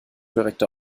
korrekte